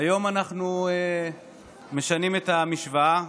היום אנחנו משנים את המשוואה,